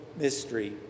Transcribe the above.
mystery